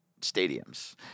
stadiums